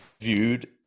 viewed